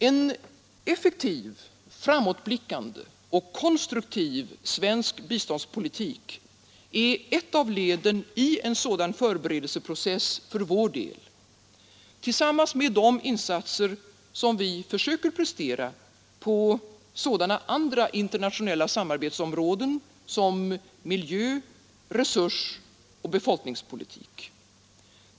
En effektiv, framåtblickande och konstruktiv svensk biståndspolitik är ett av leden i en sådan förberedelseprocess för vår del, tillsammans med de insatser som vi söker prestera på sådana andra internationella samarbetsområden som miljö-, resursoch befolkningspolitik.